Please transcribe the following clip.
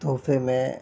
تحفے میں